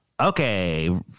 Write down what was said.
Okay